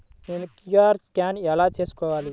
నేను QR scan ఎలా తీసుకోవాలి?